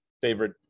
favorite